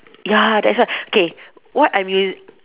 ya that's why okay what I'm in